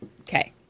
Okay